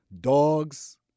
dogs